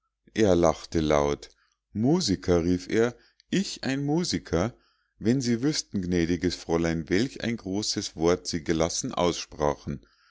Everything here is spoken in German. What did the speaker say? er lachte laut musiker rief er ich ein musiker wenn sie wüßten gnädiges fräulein welch ein großes wort sie gelassen aussprachen